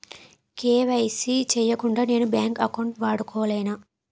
KYC చేయకుండా నేను bank account వాడుకొలేన?